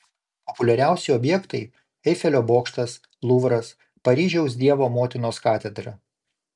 populiariausi objektai eifelio bokštas luvras paryžiaus dievo motinos katedra